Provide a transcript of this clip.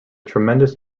tremendous